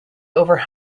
over